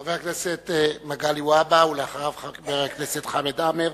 חבר הכנסת מגלי והבה, ואחריו חבר הכנסת חמד עמאר,